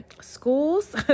schools